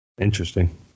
Interesting